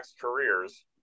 careers